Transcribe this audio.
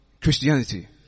Christianity